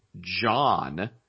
John